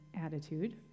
attitude